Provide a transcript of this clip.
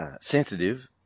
sensitive